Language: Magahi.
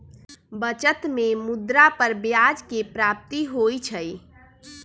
बचत में मुद्रा पर ब्याज के प्राप्ति होइ छइ